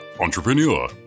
entrepreneur